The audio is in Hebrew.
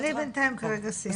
אני בינתיים כרגע סיימתי.